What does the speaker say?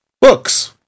books